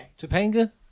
Topanga